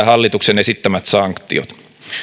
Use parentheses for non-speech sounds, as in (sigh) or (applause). (unintelligible) hallituksen esittämät sanktiot